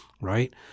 right